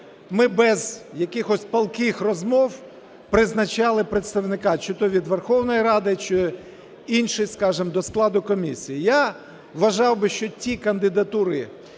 ми без якихось палких розмов призначали представника чи то від Верховної Ради, чи іншого, скажемо, до складу комісії. Я вважав би, що ті кандидатури,